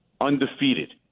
undefeated